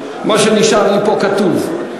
מה שנשאר לי פה כתוב.